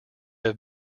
have